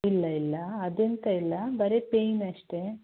ಇಲ್ಲ ಇಲ್ಲ ಅದೆಂಥ ಇಲ್ಲ ಬರೆ ಪೇಯ್ನ್ ಅಷ್ಟೆ